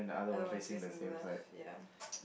everyone's facing the left ya